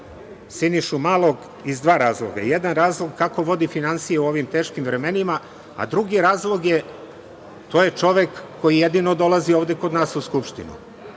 Sinišu Malog iz dva razloga. Jedan razlog je kako vodi finansije u ovim teškim vremenima, a drugi razlog je, to je čovek koji jedino dolazi ovde kod nas u Skupštinu.